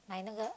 买哪个